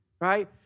right